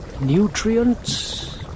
nutrients